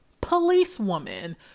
policewoman